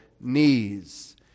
knees